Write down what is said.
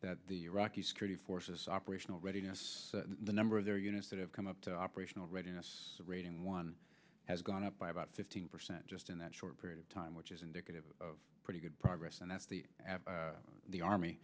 that the iraqi security forces operational readiness the number of their units that have come up the operational readiness rating one has gone up by about fifteen percent just in that short period of time which is indicative of pretty good progress and that's the after the army